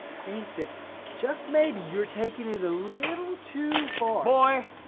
think that just maybe you're taking it a little too far. boy!